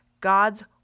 God's